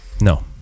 no